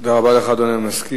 תודה רבה לך, אדוני המזכיר.